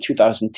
2010